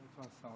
איפה השר?